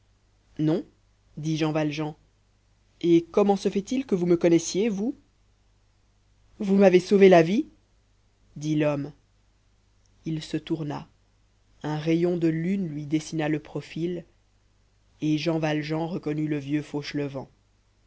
non dit jean valjean et comment se fait-il que vous me connaissiez vous vous m'avez sauvé la vie dit l'homme il se tourna un rayon de lune lui dessina le profil et jean valjean reconnut le vieux